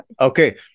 okay